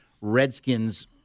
Redskins